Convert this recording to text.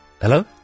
Hello